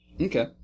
Okay